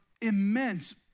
immense